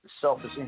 selfish